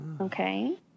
Okay